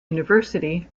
university